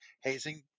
Hazing